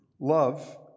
love